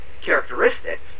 characteristics